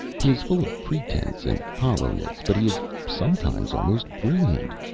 he is full of pretence and hollowness, but he is sometimes almost brilliant.